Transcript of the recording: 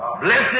blessed